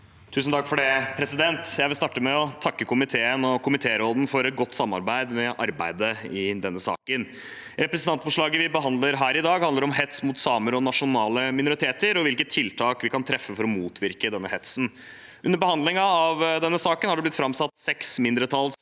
(ordfører for saken): Jeg vil starte med å takke komiteen og komitéråden for et godt samarbeid i arbeidet med denne saken. Representantforslaget vi behandler her i dag, handler om hets mot samer og nasjonale minoriteter og om hvilke tiltak vi kan treffe for å motvirke denne hetsen. Under behandlingen av denne saken har det blitt framsatt seks mindretallsforslag,